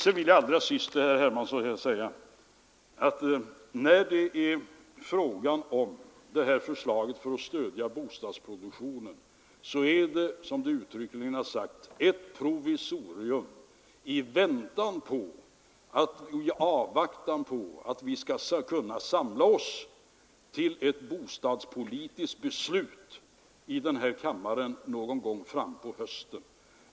Slutligen vill jag också säga till herr Hermansson att förslaget om att stödja bostadsproduktionen är, som det också uttryckligen har sagts, ett provisorium i avvaktan på att vi skall kunna samla oss till ett bostadspolitiskt beslut i denna kammare någon gång fram på hösten.